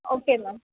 okay ma'am